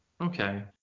Okay